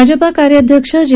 भाजपा कार्याध्यक्ष जे